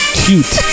cute